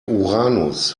uranus